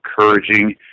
encouraging